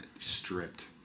stripped